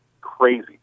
crazy